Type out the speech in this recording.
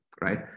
Right